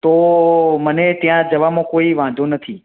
તો મને ત્યાં જવામાં કોઈ વાંધો નથી